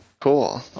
Cool